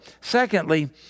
Secondly